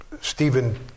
Stephen